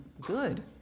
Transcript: good